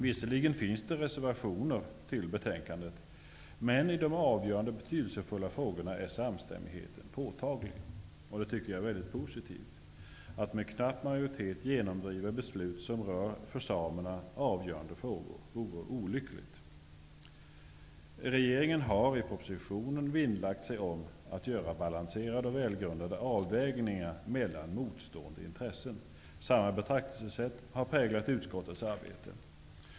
Visserligen finns det reservationer fogade till betänkandet, men i de avgörande och betydelsefulla frågorna är samstämmigheten påtaglig. Det tycker jag är väldigt positivt. Det vore olyckligt att med knapp majoritet genomdriva beslut som rör avgörande frågor för samerna. Regeringen har i propositionen vinnlagt sig om att göra balanserade och välgrundade avvägningar mellan motstående intressen. Samma betraktelsesätt har präglat utskottets arbete.